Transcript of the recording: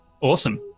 awesome